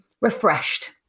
refreshed